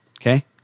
Okay